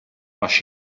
għax